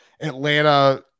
Atlanta